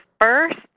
first